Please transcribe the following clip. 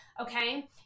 okay